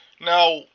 now